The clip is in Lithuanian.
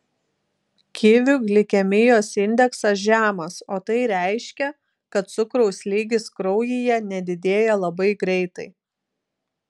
kivių glikemijos indeksas žemas o tai reiškia kad cukraus lygis kraujyje nedidėja labai greitai